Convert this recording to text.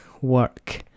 work